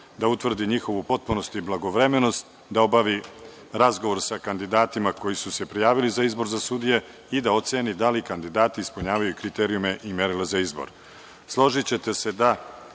da utvrdi njihovu potpunost i blagovremenost, da obavi razgovor sa kandidatima koji su se prijavili za izbor za sudije i da oceni da li kandidati ispunjavaju kriterijume i merila za